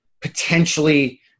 potentially